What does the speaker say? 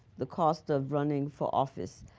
the cost of running for office.